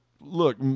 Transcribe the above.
look